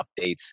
updates